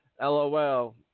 LOL